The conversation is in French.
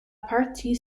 partie